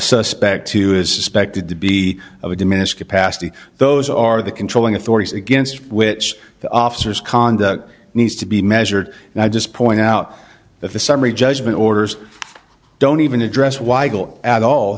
suspect who is suspected to be of a diminished capacity those are the controlling authorities against which the officers conduct needs to be measured and i just point out that the summary judgment orders don't even address weigel at all